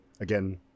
again